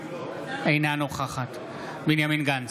אינה נוכחת בנימין גנץ,